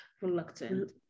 reluctant